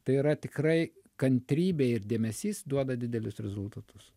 tai yra tikrai kantrybė ir dėmesys duoda didelius rezultatus